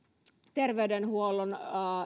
terveydenhuollon